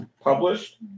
published